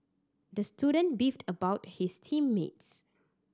the student beefed about his team mates